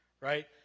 right